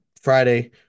Friday